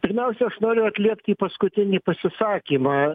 pirmiausia aš noriu atliepti į paskutinį pasisakymą